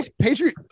Patriot